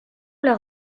leur